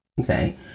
okay